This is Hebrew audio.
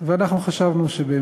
ולסיום, אין כמעט